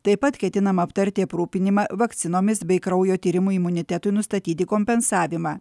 taip pat ketinama aptarti aprūpinimą vakcinomis bei kraujo tyrimų imunitetui nustatyti kompensavimą